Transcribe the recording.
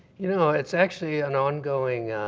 you know it's actually an ongoing,